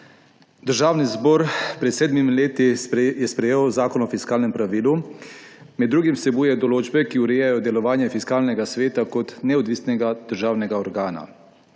Državni zbor je pred sedmimi leti sprejel Zakon o fiskalnem pravilu. Med drugim vsebuje določbe, ki urejajo delovanje Fiskalnega sveta kot neodvisnega državnega organa.